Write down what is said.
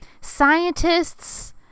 Scientists